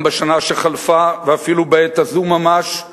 גם בשנה שחלפה, ואפילו בעת הזו ממש,